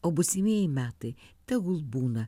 o būsimieji metai tegul būna